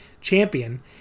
champion